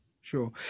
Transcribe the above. sure